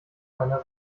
meiner